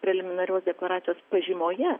preliminarios deklaracijos pažymoje